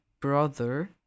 brother